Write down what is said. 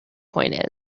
point